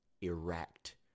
erect